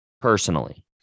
Personally